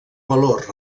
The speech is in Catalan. valor